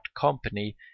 company